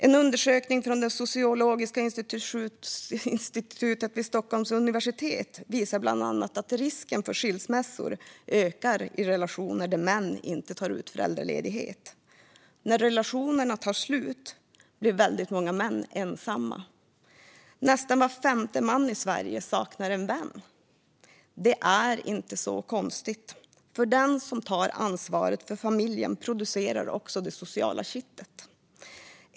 En undersökning från sociologiska institutionen vid Stockholms universitet visar bland annat att risken för skilsmässor ökar i relationer där män inte tar ut föräldraledighet. När relationerna tar slut blir väldigt många män ensamma. Nästan var femte man i Sverige saknar en vän. Det är inte så konstigt, för den som tar ansvaret för familjen producerar också det sociala kittet.